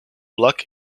block